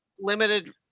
limited